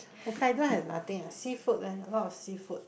Hokkaido have nothing seafood leh a lot of seafood